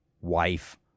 wife